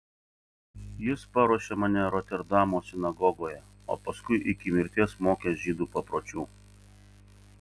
jis paruošė mane roterdamo sinagogoje o paskui iki mirties mokė žydų papročių